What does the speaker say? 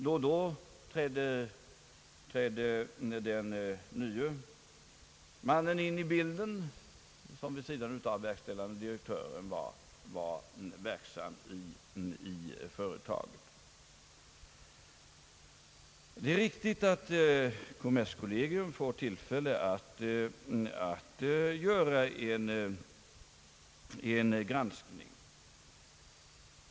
Då och då trädde den nye mannen in i bilden som vid sidan av verkställande direktören representerade företaget. Det är riktigt att kommerskollegium får tillfälle att göra en granskning.